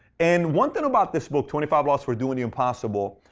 and one thing about this book, twenty five laws for doing the impossible,